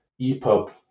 EPUB